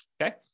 okay